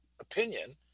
opinion